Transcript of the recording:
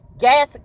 Gas